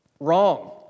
Wrong